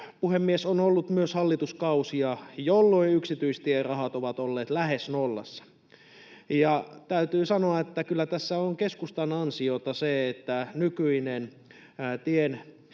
puhemies, on ollut myös hallituskausia, jolloin yksityistierahat ovat olleet lähes nollassa. Täytyy sanoa, että kyllä tässä on keskustan ansiota, että nykyiset